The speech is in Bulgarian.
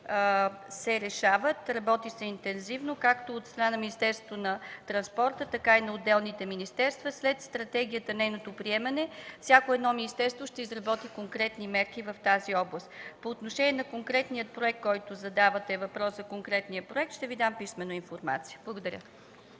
се решават, работи се интензивно както от страна на Министерството на транспорта, така и на отделните министерства. След приемането на стратегията всяко едно министерство ще изработи конкретни мерки в тази област. По отношение на въпроса Ви за конкретния проект, ще Ви дам писмена информация. Благодаря.